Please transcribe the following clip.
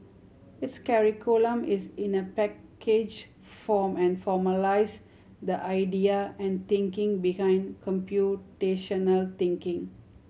its curriculum is in a packaged form and formalised the idea and thinking behind computational thinking